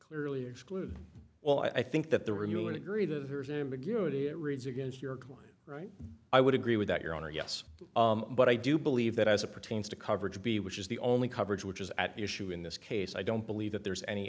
clearly excluded well i think that there were you agree there's ambiguity it reads against your right i would agree with that your honor yes but i do believe that as it pertains to coverage b which is the only coverage which is at issue in this case i don't believe that there's any